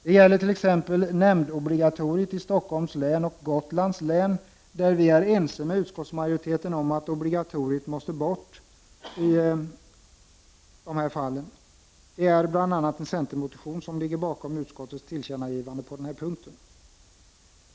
Det gäller t.ex. nämndobligatoriet i Stockholms län och Gotlands län, där vi är ense med utskottsmajoriteten om att obligatoriet måste bort. Det är bl.a. en centermotion som ligger bakom utskottets tillkännagivande på denna punkt.